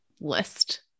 list